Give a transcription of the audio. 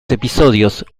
episodios